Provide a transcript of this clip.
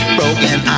broken